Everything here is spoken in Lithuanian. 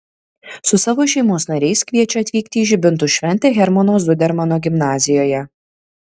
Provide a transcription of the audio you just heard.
su savo šeimos nariais kviečia atvykti į žibintų šventę hermano zudermano gimnazijoje